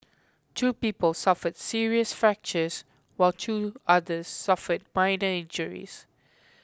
two people suffered serious fractures while two others suffered minor injuries